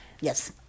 Yes